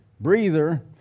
breather